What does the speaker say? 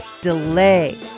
delay